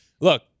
look